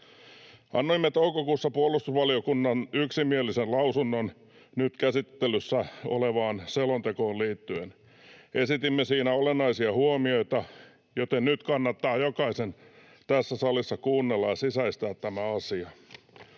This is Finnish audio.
Annoimme toukokuussa puolustusvaliokunnan yksimielisen lausunnon nyt käsittelyssä olevaan selontekoon liittyen. Esitimme siinä olennaisia huomioita, joten nyt kannattaa jokaisen tässä salissa kuunnella ja sisäistää tämä asia.